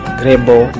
grebo